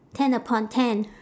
ten upon ten